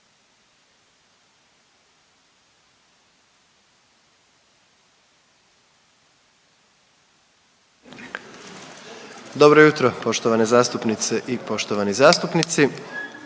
Dobro jutro poštovane zastupnice i poštovani zastupnici.